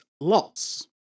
Loss